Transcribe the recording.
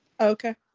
Okay